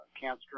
cancer